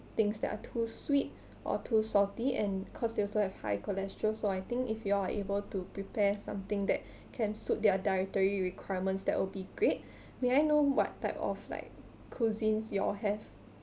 things that are too sweet or too salty and cause they also have high cholesterol so I think if you are able to prepare something that can suit their dietary requirements that will be great may I know what type of like cuisines you all have